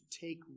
take